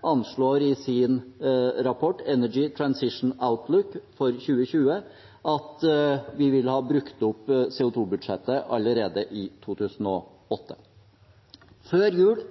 anslår i sin rapport Energy Transition Outlook 2020 at vi vil ha brukt opp CO 2 -budsjettet allerede i 2028. Før jul